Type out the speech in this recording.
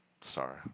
sorry